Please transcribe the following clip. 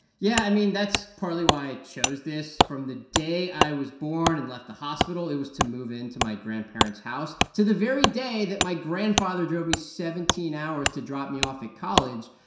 yeah. i mean, that's partly why i chose this. from the day i was born and left the hospital, it was to move into my grandparents' house. to the very day that my grandfather drove me seventeen hours to drop me off at college,